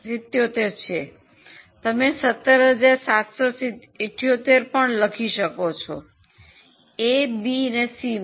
77 છે તમે 17778 પણ લખી શકો છો એ બી અને સી માટે